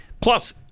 plus